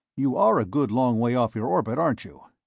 you are a good long way off your orbit, aren't you?